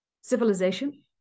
civilization